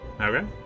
Okay